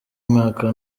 mwaka